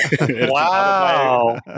Wow